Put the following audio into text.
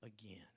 again